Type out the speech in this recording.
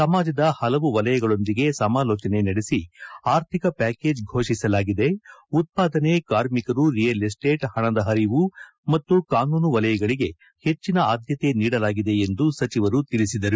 ಸಮಾಜದ ಹಲವು ವಲಯಗಳೊಂದಿಗೆ ಸಮಾಲೋಚನೆ ನಡೆಸಿ ಆರ್ಥಿಕ ವ್ವಾಕೇಜ್ ಘೋಷಿಸಲಾಗಿದೆ ಉತ್ಪಾದನೆ ಕಾರ್ಮಿಕರು ರಿಯಲ್ ಎಸ್ವೇಟ್ ಹಣದ ಹರಿವು ಮತ್ತು ಕಾನೂನು ವಲಯಗಳಿಗೆ ಹೆಜ್ಜನ ಆದ್ದತೆ ನೀಡಲಾಗಿದೆ ಎಂದು ಸಚಿವರು ತಿಳಿಸಿದರು